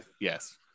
yes